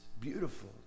beautiful